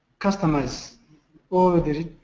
customers or the